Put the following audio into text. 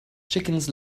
chickens